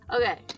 okay